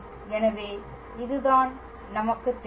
எனவே இதுதான் நமக்குத் தெரியும்